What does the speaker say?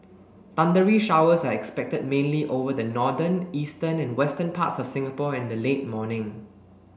thundery showers are expected mainly over the northern eastern and western parts of Singapore in the late morning